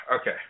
Okay